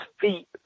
feet